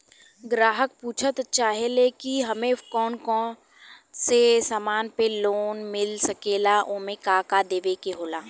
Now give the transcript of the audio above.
ग्राहक पुछत चाहे ले की हमे कौन कोन से समान पे लोन मील सकेला ओमन का का देवे के होला?